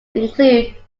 include